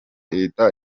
leta